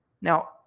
Now